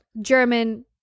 German